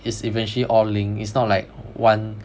it's eventually all link is not like one